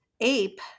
Ape